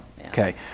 Okay